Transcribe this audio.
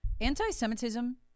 anti-Semitism